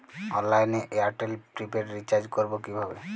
অনলাইনে এয়ারটেলে prepaid recharge করবো কিভাবে?